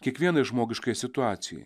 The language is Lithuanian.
kiekvienai žmogiškai situacijai